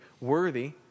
worthy